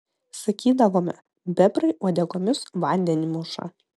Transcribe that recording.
sakydavome bebrai uodegomis vandenį muša